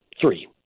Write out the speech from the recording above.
Three